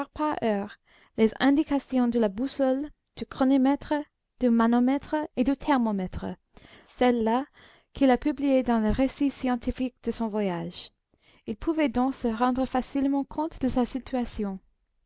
les indications de la boussole du chronomètre du manomètre et du thermomètre celles-là même qu'il a publiées dans le récit scientifique de son voyage il pouvait donc se rendre facilement compte de sa situation